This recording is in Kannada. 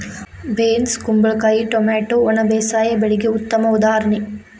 ಬೇನ್ಸ್ ಕುಂಬಳಕಾಯಿ ಟೊಮ್ಯಾಟೊ ಒಣ ಬೇಸಾಯ ಬೆಳೆಗೆ ಉತ್ತಮ ಉದಾಹರಣೆ